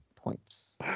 Points